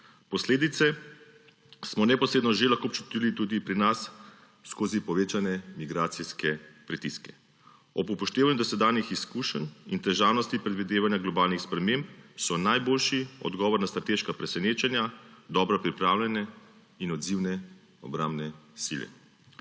Posledice smo neposredno že lahko občutili tudi pri nas skozi povečane migracijske pritiske. Ob upoštevanju dosedanjih izkušenj in težavnosti predvidevanja globalnih sprememb so najboljši odgovor na strateška presenečanja dobro pripravljene in odzivne obrambne sile.